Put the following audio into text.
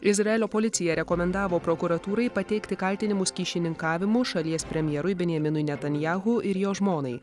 izraelio policija rekomendavo prokuratūrai pateikti kaltinimus kyšininkavimu šalies premjerui benjaminui netanjahu ir jo žmonai